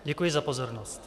Děkuji za pozornost.